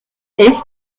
est